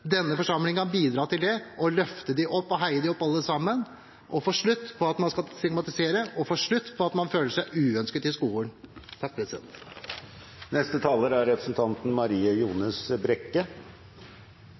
denne forsamlingen bidrar til det: å løfte dem opp og heie dem fram, alle sammen, og få slutt på at man skal stigmatisere, og få slutt på at man føler seg uønsket i skolen. Navneendringen fra RLE til KRLE er